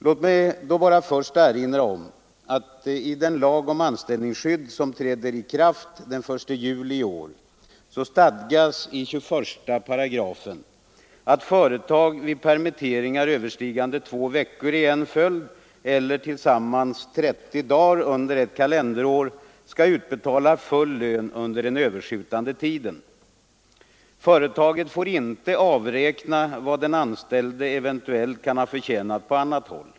Låt mig då bara först erinra om att i den lag om anställningsskydd som träder i kraft den 1 juli i år stadgas i 21 § att företag vid permitteringar överstigande två veckor i en följd eller tillsammans mer än 30 dagar under ett kalenderår skall utbetala full lön under den överskjutande tiden. Företaget får inte avräkna vad den anställde eventuellt kan ha förtjänat på annat håll.